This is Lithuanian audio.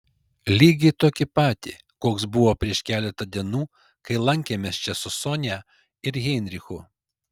lygiai tokį patį koks buvo prieš keletą dienų kai lankėmės čia su sonia ir heinrichu